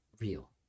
real